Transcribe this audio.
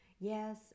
Yes